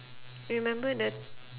remember the